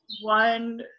one